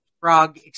frog